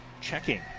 checking